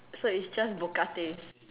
so it's just vodka taste